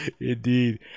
indeed